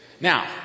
Now